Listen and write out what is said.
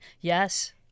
Yes